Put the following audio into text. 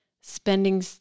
spending